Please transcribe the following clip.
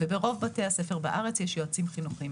ברוב בתי הספר בארץ יש יועצים חינוכיים.